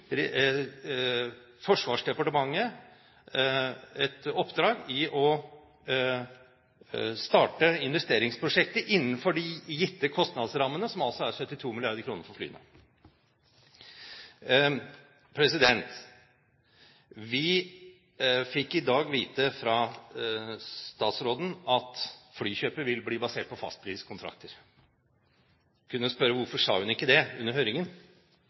gi Forsvarsdepartementet i oppdrag å starte investeringsprosjektet innenfor de gitte kostnadsrammene, som altså er 72 mrd. kr, for flyene. Vi fikk i dag vite av statsråden at flykjøpet vil bli basert på fastpriskontrakter. Jeg kunne jo spørre: Hvorfor sa hun ikke det under høringen?